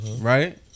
right